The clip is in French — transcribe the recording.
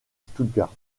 stuttgart